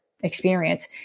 experience